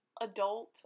adult